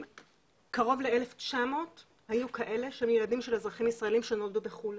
קרוב ל-1,900 היו כאלה שהם ילדים של אזרחים ישראלים שנולדו בחו"ל.